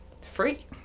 free